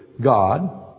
God